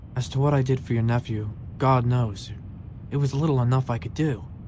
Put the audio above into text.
as to what i did for your nephew, god knows it was little enough i could do,